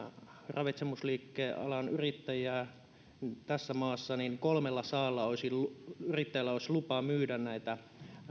ravitsemusliikealan yrittäjää tässä maassa niin kolmellasadalla yrittäjällä olisi lupa myydä näitä